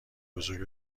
بزرگی